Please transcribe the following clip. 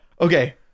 okay